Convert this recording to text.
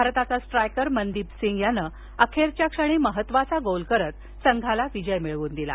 भारताचा स्ट्रायकर मनदीप सिंग यानं अखेरच्या क्षणी महत्वाचा गोल करत संघाला विजय मिळवून दिला